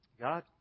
God